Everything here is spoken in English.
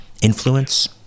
influence